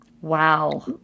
Wow